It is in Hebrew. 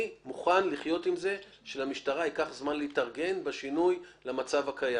אני מוכן לחיות עם זה שלמשטרה ייקח זמן להתארגן בשינוי מהמצב הקיים.